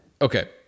Okay